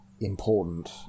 important